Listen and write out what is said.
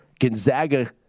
Gonzaga